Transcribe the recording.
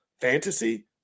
fantasy